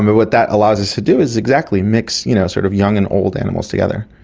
what that allows us to do is, exactly, mix you know sort of young and old animals together.